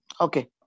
okay